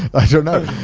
i don't know.